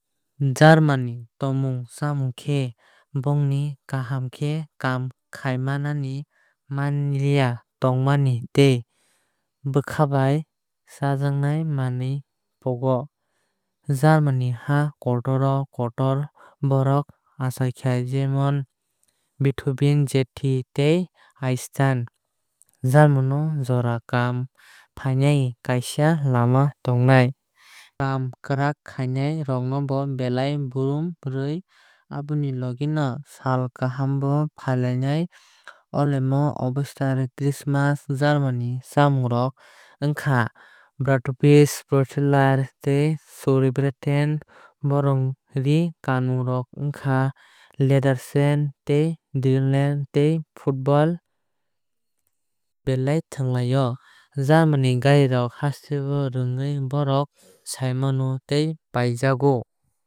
German ni tongmung chamung khe bongni kaham khe kaam khaimani manliya tongmani tei bwkhabai chajaknai manwui phunogo. German ni ha o kotor kotor borok achaika jemon Beethoven Goethe tei Einstein. German o jora kaam khainai kaisa lama tongnai tei kwrak kaam khainai rok no belai borom rwi aboni logi no sal kaham bo palai lai olemon Oktoberfest Christmas. German ni chamung rok ongkha bratvurst pretzels tei sauerbraten. Borok ree kanmung rok ongkha lederhosen tei dirndl tei football belai thwnglai o. German ni gari rok haste rwgui borok sai mano tei paijago.